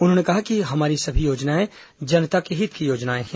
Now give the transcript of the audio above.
उन्होंने कहा कि हमारी सभी योजनाएं जनता के हित की योजनाएं हैं